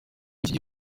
y’iki